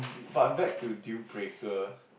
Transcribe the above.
but back to deal breaker